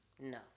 no